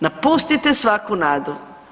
Napustite svaku nadu.